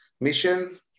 missions